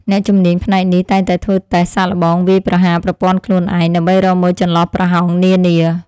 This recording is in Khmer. អ្នកជំនាញផ្នែកនេះតែងតែធ្វើតេស្តសាកល្បងវាយប្រហារប្រព័ន្ធខ្លួនឯង ដើម្បីរកមើលចន្លោះប្រហោងនានា។